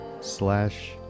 slash